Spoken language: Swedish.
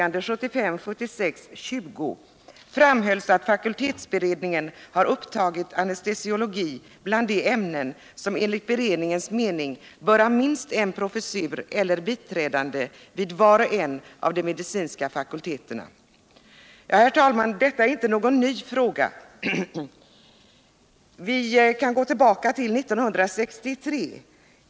Herr talman! Detta är inte någon ny fråga. Vi kan gå tillbaka till 1963.